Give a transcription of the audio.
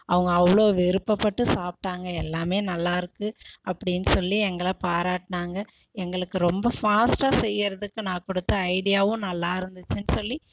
அவங்க அவ்வளோ விருப்பப்பட்டு சாப்பிட்டாங்க எல்லாமே நல்லாயிருக்கு அப்படினு சொல்லி எங்களை பாராட்டினாங்க எங்களுக்கு ரொம்ப ஃபாஸ்ட்டாக செய்யறதுக்கு நான் கொடுத்த ஐடியாவும் நல்லாருந்துச்சின்னு சொல்லி